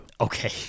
Okay